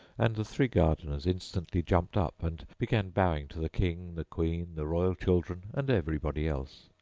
and the three gardeners instantly jumped up, and began bowing to the king, the queen, the royal children, and everybody else.